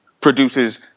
produces